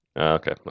Okay